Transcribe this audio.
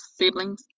siblings